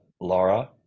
Laura